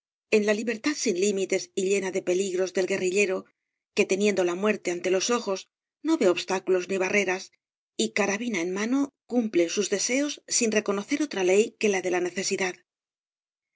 en la libertad sin límites y llena de peligros del guerrillero que teniendo la muerte ante los ojos no ve obstáculos ni barreras y carabina en mano cumple sus deseos sin reconocer otra ley que la de la necesidad